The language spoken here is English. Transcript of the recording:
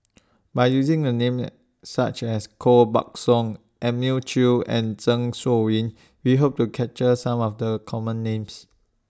By using The Names such as Koh Buck Song Elim New Chew and Zeng Shouyin We Hope to capture Some of The Common Names